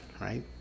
right